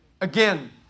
Again